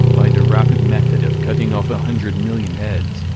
by the rapid method of cutting off a hundred million heads,